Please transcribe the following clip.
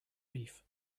reef